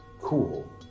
Cool